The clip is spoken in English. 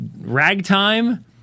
ragtime